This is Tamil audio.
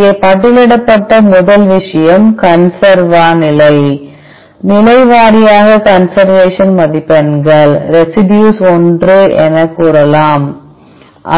இங்கே பட்டியலிடப்பட்ட முதல் விஷயம் கன்சர்வா நிலை வாரியாக கன்சர்வேஷன் மதிப்பெண்கள் ரெசிடியூஸ் 1 எனக் கூறலாம்